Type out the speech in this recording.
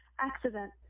accident